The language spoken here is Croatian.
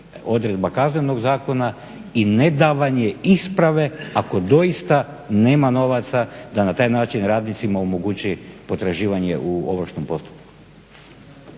odredba Kaznenog zakona i ne davanje isprave ako doista nema novaca da na taj način radnicima omogući potraživanje u ovršnom postupku.